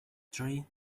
three